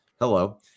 Hello